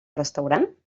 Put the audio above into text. restaurant